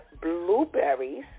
Blueberries